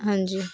ਹਾਂਜੀ